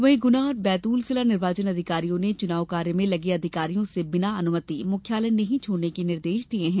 वहीं गुना और बैतूल जिला निर्वाचन अधिकारियों ने चुनाव कार्य में लगे अधिकारियों से बिना अनुमति मुख्यालय नहीं छोड़ने के निर्देश दिये हैं